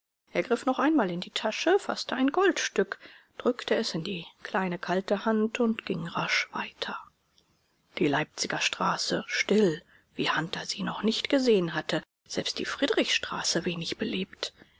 er griff noch einmal in die tasche faßte ein goldstück drückte es in die kleine kalte hand und ging rasch weiter die leipziger straße still wie hunter sie noch nicht gesehen hatte selbst die friedrichstraße wenig belebt